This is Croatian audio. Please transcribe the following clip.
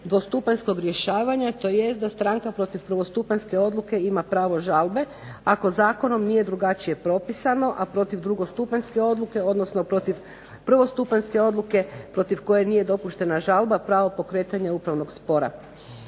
dvostupanjskog rješavanja tj. da stranka protiv prvostupanjske odluke ima pravo žalbe ako zakonom nije drugačije propisano, a protiv drugostupanjske odluke, odnosno protiv prvostupanjske odluke protiv koje nije dopuštena žalba pravo pokretanja upravnog spora.